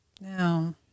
No